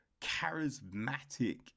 charismatic